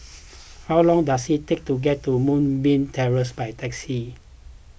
how long does it take to get to Moonbeam Terrace by taxi